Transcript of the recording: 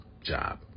job